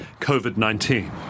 COVID-19